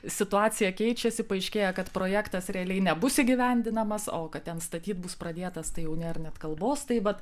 situacija keičiasi paaiškėja kad projektas realiai nebus įgyvendinamas o kad ten statyt bus pradėtas tai jau nėr net kalbos tai vat